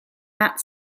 that